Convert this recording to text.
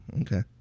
Okay